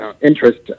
interest